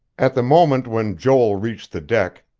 at the moment when joel reached the deck,